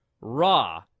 Raw